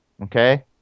Okay